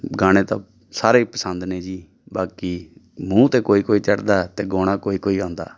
ਗਾਣੇ ਤਾਂ ਸਾਰੇ ਪਸੰਦ ਨੇ ਜੀ ਬਾਕੀ ਮੂੰਹ 'ਤੇ ਕੋਈ ਕੋਈ ਚੜ੍ਹਦਾ ਅਤੇ ਗਾਉਣਾ ਕੋਈ ਕੋਈ ਆਉਂਦਾ